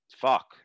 fuck